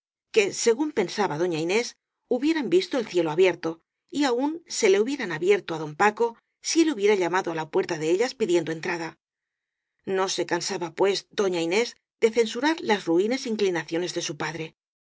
que según pensaba doña inés hubieran visto el cielo abierto y aun se le hubieran abierto á don paco si él hubiera llamado á la puerta de ellas pi diendo entrada no se cansaba pues doña inés de censurar las ruines inclinaciones de su padre